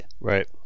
right